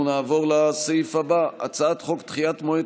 אנחנו נעבור לסעיף הבא: הצעת חוק דחיית מועד